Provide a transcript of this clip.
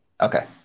Okay